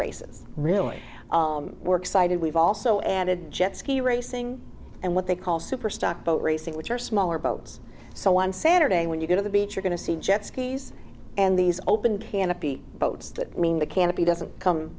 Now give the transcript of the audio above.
races really work site and we've also added jet ski racing and what they call superstock boat racing which are smaller boats so one saturday when you go to the beach are going to see jet skis and these open canopy boats that mean the canopy doesn't come